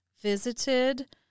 visited